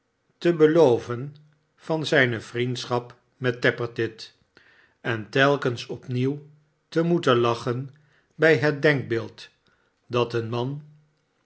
te beloven van zijne vriendschap met tappertit en telkens opnieuw te moeten lachen bij het denkbeeld dat een man